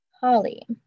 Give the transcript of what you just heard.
Holly